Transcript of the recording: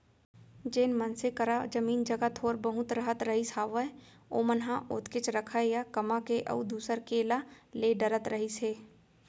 जेन मनसे करा जमीन जघा थोर बहुत रहत रहिस हावय ओमन ह ओतकेच रखय या कमा के अउ दूसर के ला ले डरत रहिस हे